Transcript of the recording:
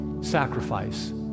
sacrifice